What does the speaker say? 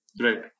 Right